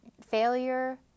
failure